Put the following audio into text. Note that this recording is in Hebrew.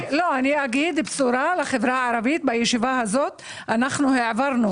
אגיד בשורה לחברה הערבית בישיבה הזאת: העברנו